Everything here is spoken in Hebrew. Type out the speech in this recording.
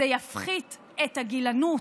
זה יפחית את הגילנות,